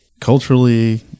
Culturally